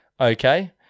okay